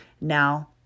Now